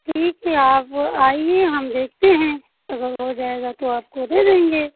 ठीक है आप आइए हम देखते हैं अगर हो जाएगा तो आपको दे देंगे